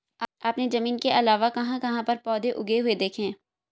आपने जमीन के अलावा कहाँ कहाँ पर पौधे उगे हुए देखे हैं?